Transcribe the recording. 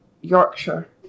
Yorkshire